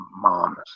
moms